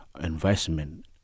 investment